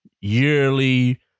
yearly